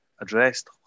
addressed